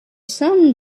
sun